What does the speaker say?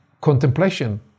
contemplation